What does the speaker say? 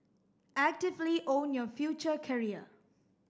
actively own your future career